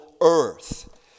earth